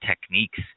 techniques